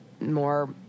more